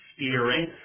steering